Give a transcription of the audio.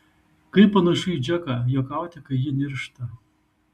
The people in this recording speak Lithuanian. kaip panašu į džeką juokauti kai ji niršta